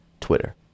Twitter